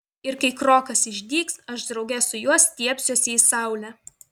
ir kai krokas išdygs aš drauge su juo stiebsiuosi į saulę